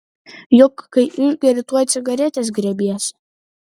juk kai išgeri tuoj cigaretės griebiesi